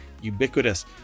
ubiquitous